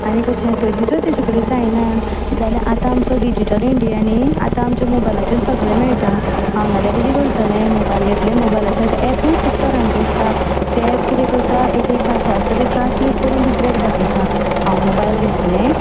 आनी कशें तरी जर ताजे कडेन जायना जाल्यार आतां आमचो डिजीटल इंडिया न्ही आतां आमच्या मोबायलाचेर सगलें मेळटा हांव नाजाल्यार किदें करतलें मोबायल घेतलें मोबायलाचेर आतां एपूय खूब तरांचें आसता ते एप किदें करता एक एक भाशा आसता ती ट्रांसलेट करून दुसऱ्याक दाखयता हांव मोबायल घेतलें